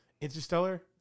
Interstellar